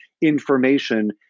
information